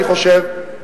אני חושב,